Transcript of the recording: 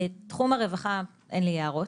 בתחום הרווחה אין לי הערות.